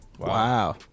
Wow